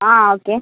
ആ ഓക്കെ